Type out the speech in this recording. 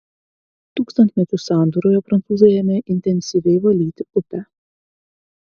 tūkstantmečių sandūroje prancūzai ėmė intensyviai valyti upę